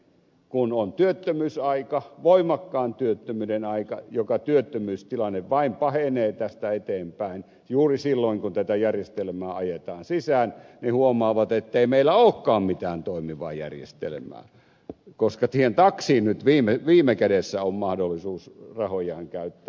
kun on työttömyysaika voimakkaan työttömyyden aika joka työttömyystilanne vain pahenee tästä eteenpäin juuri silloin kun tätä järjestelmää ajetaan sisään huomataan ettei meillä olekaan mitään toimivaa järjestelmää koska siihen taksiin nyt viime kädessä on mahdollisuus rahojaan käyttää